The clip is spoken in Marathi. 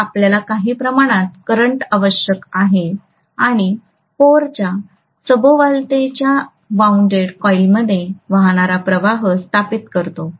तर आपल्याला काही प्रमाणात करंट आवश्यक आहे आणि कोरच्या सभोवतालच्या वाऊंडेड कॉइलमध्ये वाहणारा प्रवाह स्थापित करतो